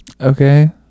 okay